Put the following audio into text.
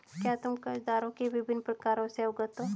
क्या तुम कर्जदारों के विभिन्न प्रकारों से अवगत हो?